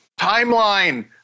timeline